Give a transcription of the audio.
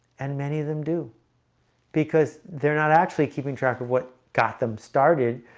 and many of them do because they're not actually keeping track of what got them started.